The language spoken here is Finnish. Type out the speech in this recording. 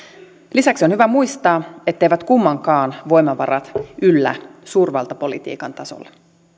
lisäksi on hyvä muistaa etteivät kummankaan voimavarat yllä suurvaltapolitiikan tasolle